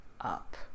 up